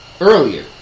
earlier